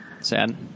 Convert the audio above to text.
Sad